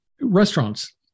restaurants